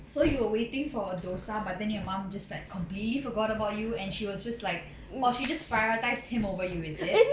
so you were waiting for a thosai but then your mom just like completely forgot about you and she was just like or she just prioritised him over you is it